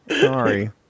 Sorry